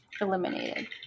eliminated